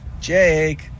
Jake